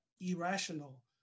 irrational